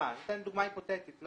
אני נותן דוגמה היפותטית.